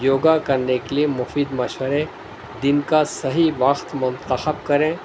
یوگا کرنے کے لیے مفید مشورے دن کا صحیح وقت منتخب کریں